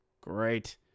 Great